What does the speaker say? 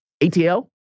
ATL